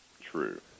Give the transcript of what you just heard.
true